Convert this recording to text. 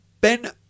Ben